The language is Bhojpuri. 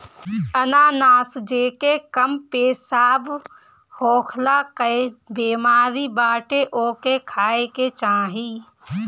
अनानास जेके कम पेशाब होखला कअ बेमारी बाटे ओके खाए के चाही